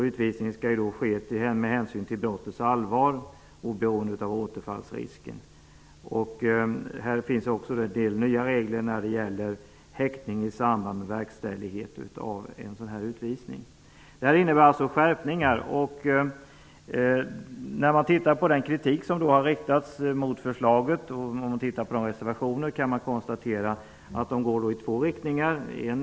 Utvisningen skall ske med hänsyn till brottets allvar och återfallsrisken. Här finns förslag till nya regler när det gäller häktning i samband med verkställighet av en utvisning. Det här innebär alltså skärpningar. Med tanke på den kritik som riktats mot förslaget och på reservationerna kan man konstatera att de går i två riktningar.